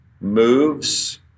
moves